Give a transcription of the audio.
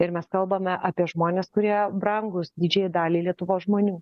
ir mes kalbame apie žmones kurie brangūs didžiajai daliai lietuvos žmonių